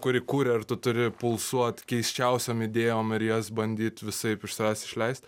kuri kuria ir tu turi pulsuot keisčiausiom idėjom ir jas bandyt visaip iš savęs išleist